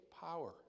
power